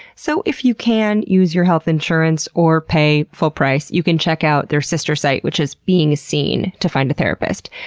so if you can, use your health insurance or pay full price, you can check out their sister site, which is being seen, to find a therapist.